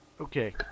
Okay